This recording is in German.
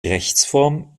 rechtsform